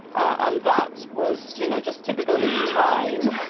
and that was you know just typical of the time.